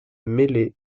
mêlé